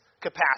capacity